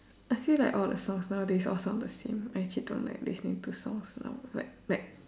I feel like all the songs nowadays all sound the same I actually don't like listening to songs now like like